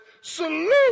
Salute